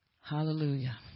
Hallelujah